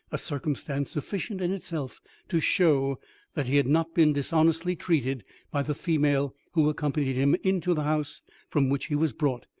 a circumstance sufficient in itself to show that he had not been dishonestly treated by the female who accompanied him into the house from which he was brought,